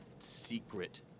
secret